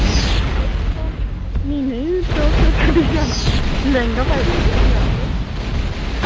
नेईं नेईं तुस लैहंगा पाई लेगे फ्ही अस